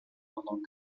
pendant